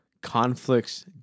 conflicts